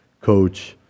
coach